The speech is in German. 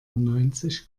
neunzig